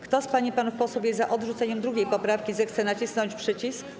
Kto z pań i panów posłów jest za odrzuceniem 2. poprawki, zechce nacisnąć przycisk.